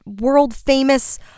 world-famous